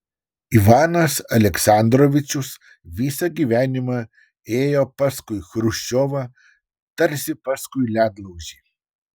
ivanas aleksandrovičius visą gyvenimą ėjo paskui chruščiovą tarsi paskui ledlaužį